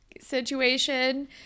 situation